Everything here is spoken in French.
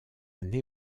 année